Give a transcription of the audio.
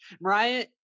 Mariah